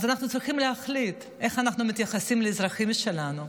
אז אנחנו צריכים להחליט איך אנחנו מתייחסים לאזרחים שלנו.